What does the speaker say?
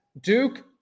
Duke